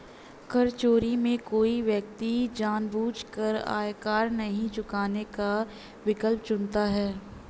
कर चोरी में कोई व्यक्ति जानबूझकर आयकर नहीं चुकाने का विकल्प चुनता है